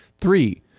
Three